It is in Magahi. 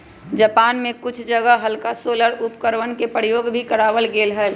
जापान में कुछ जगह हल्का सोलर उपकरणवन के प्रयोग भी करावल गेले हल